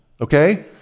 Okay